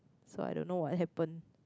so I don't know what happen